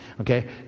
okay